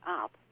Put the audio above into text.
up